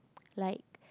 like